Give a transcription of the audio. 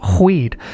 weed